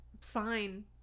fine